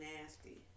nasty